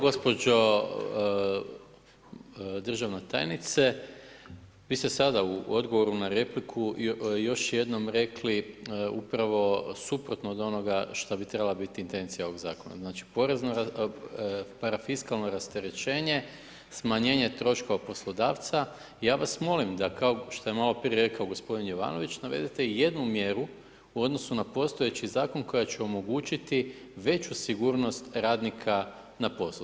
Gospođo državna tajnice, vi ste sada u odgovoru na repliku još jednom rekli upravo suprotno od onoga šta bi trebala biti intencija ovog zakona, znači parafiskalno rasterećenje, smanjenje troškova poslodavca, ja vas molim, da kao što je maloprije rekao gospodin Jovanović, navedete jednu mjeru u odnosu na postojeći zakon koja će omogućiti veću sigurnost radnika na poslu.